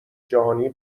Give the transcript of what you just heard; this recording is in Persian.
جهانی